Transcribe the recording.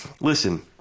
listen